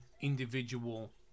individual